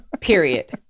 Period